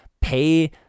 pay